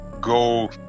go